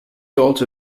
also